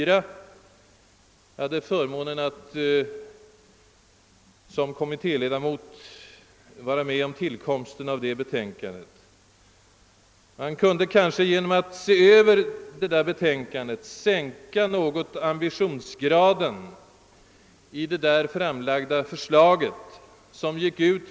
Jag hade förmånen att som kommittéledamot vara med om tillkomsten av detta betänkande. Genom att se över det betänkandet kan man kanske något sänka ambitionsgraden i där framlagda förslag och göra dem mera praktiskt användbara.